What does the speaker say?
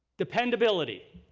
dependability.